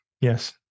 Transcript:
Yes